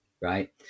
Right